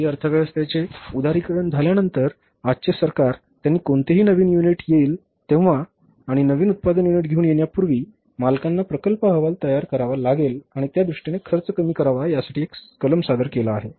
भारतीय अर्थव्यवस्थेचे उदारीकरण झाल्यानंतर आजचे सरकार त्यांनी कोणतेही नवीन युनिट येईल तेव्हा आणि नवीन उत्पादन युनिट घेऊन येण्यापूर्वी मालकांना प्रकल्प अहवाल तयार करावा लागेल आणि त्यादृष्टीने खर्च कमी करावा यासाठी एक कलम सादर केला आहे